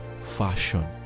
fashion